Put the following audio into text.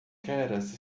keras